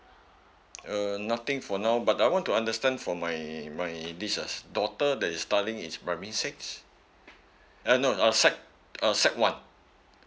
uh nothing for now but I want to understand for my my this uh daughter that is studying in primary six uh no sec uh sec one